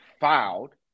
filed